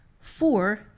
Four